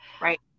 Right